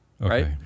right